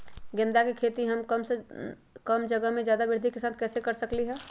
गेंदा के खेती हम कम जगह में ज्यादा वृद्धि के साथ कैसे कर सकली ह?